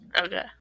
Okay